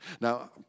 Now